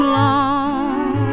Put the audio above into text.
long